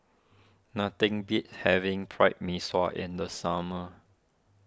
nothing beats having Pried Mee Sua in the summer